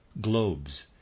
globes